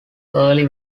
early